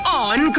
on